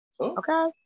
Okay